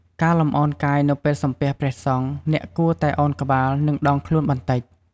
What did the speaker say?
ការលំអោនកាយនៅពេលសំពះព្រះសង្ឃ អ្នកគួរតែឱនក្បាល និងដងខ្លួនបន្តិច។